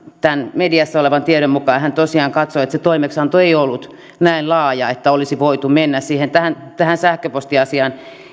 tämän mediassa olevan tiedon mukaan hän tosiaan katsoi että se toimeksianto ei ollut näin laaja että olisi voitu mennä siihen tähän tähän sähköpostiasiaan